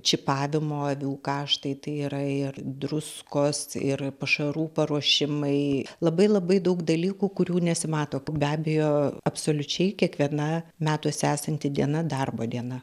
čipavimo avių kaštai tai yra ir druskos ir pašarų paruošimai labai labai daug dalykų kurių nesimato be abejo absoliučiai kiekviena metuose esanti diena darbo diena